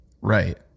Right